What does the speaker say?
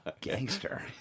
gangster